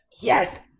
Yes